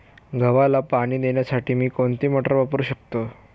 गव्हाला पाणी देण्यासाठी मी कोणती मोटार वापरू शकतो?